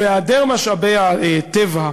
בהיעדר משאבי טבע,